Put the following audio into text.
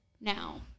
now